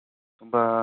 होमबा